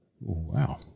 Wow